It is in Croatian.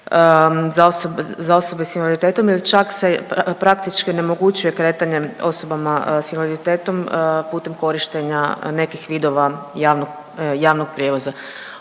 za osobe s invaliditetom jer čak se praktički onemogućuje kretanje osobama s invaliditetom putem korištenja nekih vidova javnog, javnog prijevoza.